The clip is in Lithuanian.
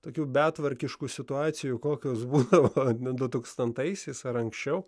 tokių betvarkiškų situacijų kokios būdavo du tūkstantaisiais ar anksčiau